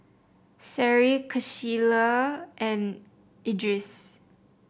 Seri Qalisha and Idris